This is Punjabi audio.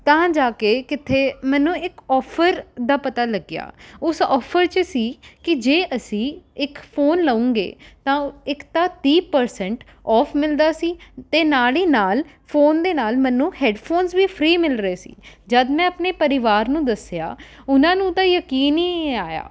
ਤਾਂ ਜਾ ਕੇ ਕਿੱਥੇ ਮੈਨੂੰ ਇੱਕ ਔਫਰ ਦਾ ਪਤਾ ਲੱਗਿਆ ਉਸ ਔਫਰ 'ਚ ਸੀ ਕਿ ਜੇ ਅਸੀਂ ਇੱਕ ਫ਼ੋਨ ਲਉਂਗੇ ਤਾਂ ਇੱਕ ਤਾਂ ਤੀਹ ਪਰਸੈਂਟ ਔਫ ਮਿਲਦਾ ਸੀ ਅਤੇ ਨਾਲ ਹਿ ਨਾਲ ਫ਼ੋਨ ਦੇ ਨਾਲ ਮੈਨੂੰ ਹੈੱਡਫ਼ੋਨਸ ਵੀ ਫ੍ਰੀ ਮਿਲ ਰਹੇ ਸੀ ਜਦ ਮੈਂ ਆਪਣੇ ਪਰਿਵਾਰ ਨੂੰ ਦੱਸਿਆ ਉਹਨਾਂ ਨੂੰ ਤਾਂ ਯਕੀਨ ਹੀ ਨਹੀਂ ਆਇਆ